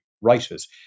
writers